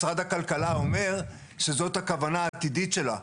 משרד הכלכלה אומר שזאת הכוונה העתידית שלו,